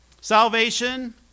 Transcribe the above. Salvation